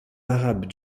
arabes